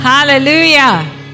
Hallelujah